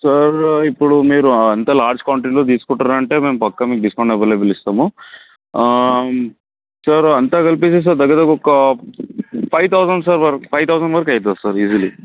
sir ఇప్పుడు మీరు అంత లార్జ్ క్వాంటిటీలో తీసుకుంటారు అంటే మేము పక్క డిస్కౌంట్ అవైలబుల్ ఇస్తాము సార్ అంతా కలిపి దగ్గరదగ్గర ఒక five thousand sir five thousand వరకు అవుతుంది సార్ ఈజిలీ